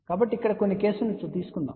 కాబట్టి ఇక్కడ కొన్ని కేస్ లను తీసుకుందాం